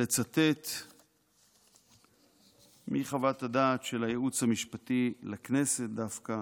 לצטט מחוות הדעת של הייעוץ המשפטי לכנסת דווקא